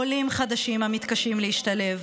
עולים חדשים המתקשים להשתלב,